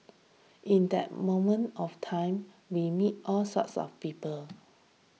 in that moment of time we meet all sorts of people